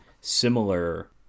similar